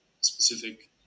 specific